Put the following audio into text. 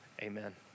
amen